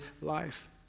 life